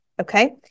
Okay